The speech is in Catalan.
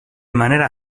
manera